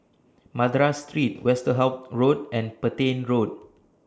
Madras Street Westerhout Road and Petain Road